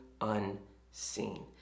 unseen